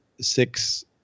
six